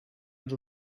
els